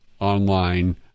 online